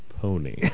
pony